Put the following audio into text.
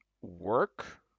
work